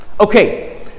Okay